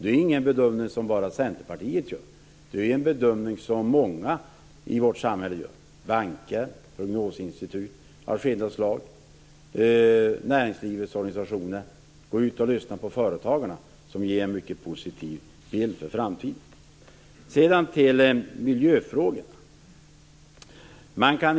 Det är inte en bedömning som bara Centerpartiet gör, utan det är en bedömning som många i vårt samhälle gör. Det gäller då banker, prognosinstitut av skilda slag och näringslivets organisationer. Det är bara att lyssna på företagarna, som ger en för framtiden mycket positiv bild. Sedan vill jag säga några ord om miljöfrågorna.